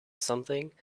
something